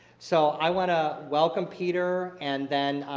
so i want to welcome peter. and then,